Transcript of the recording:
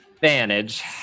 Advantage